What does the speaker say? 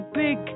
big